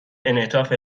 انعطاف